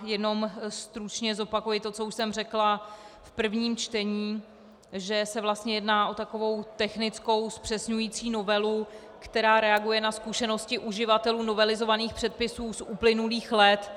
Jenom stručně zopakuji to, co už jsem řekla v prvním čtení, že se vlastně jedná o takovou technickou zpřesňující novelu, která reaguje na zkušenosti uživatelů novelizovaných předpisů z uplynulých let.